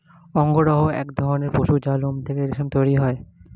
অঙ্গরূহ এক ধরণের পশু যার লোম থেকে রেশম তৈরি হয়